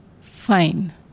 Fine